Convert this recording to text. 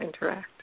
interact